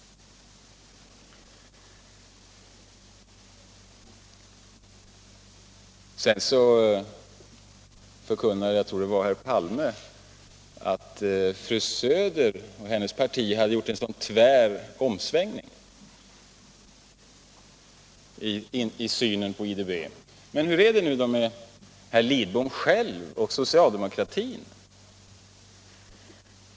Jag tror vidare att det var herr Palme som förkunnade att fru Söder och hennes parti hade gjort en så tvär omsvängning i synen på IDB. Men hur är det då med herr Lidbom själv och socialdemokratin i den frågan?